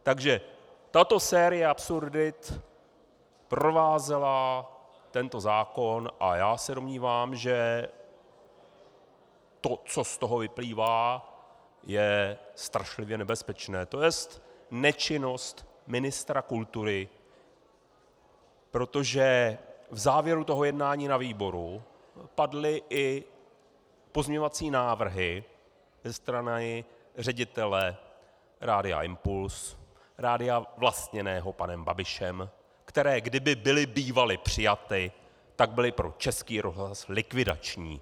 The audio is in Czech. Takže tato série absurdit provázela tento zákon a já se domnívám, že to, co z toho vyplývá, je strašlivě nebezpečné, to jest nečinnost ministra kultury, protože v závěru toho jednání na výboru padly i pozměňovací návrhy ze strany ředitele Rádia Impuls, rádia vlastněného panem Babišem, které kdyby byly bývaly přijaty, tak byly pro Český rozhlas likvidační.